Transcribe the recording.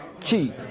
cheat